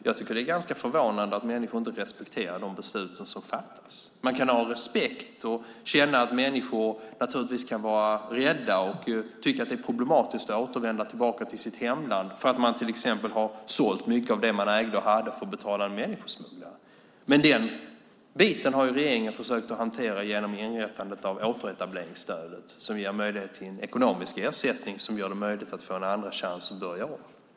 Jag tycker att det är ganska förvånande att människor inte respekterar de beslut som fattas. Man kan ha respekt för att människor naturligtvis kan vara rädda och tycka att det är problematiskt att återvända till sitt hemland för att de till exempel har sålt mycket av det de ägde och hade för att betala en människosmugglare. Men den biten har regeringen försökt att hantera genom inrättandet av återetableringsstödet, en ekonomisk ersättning som gör det möjligt att börja om.